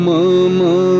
Mama